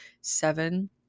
seven